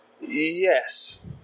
Yes